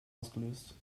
ausgelöst